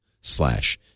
slash